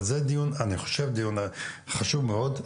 זה דיון חשוב מאוד.